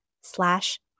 slash